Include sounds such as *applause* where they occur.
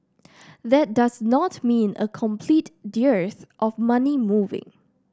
that does not mean a complete *unintelligible* of money moving